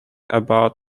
about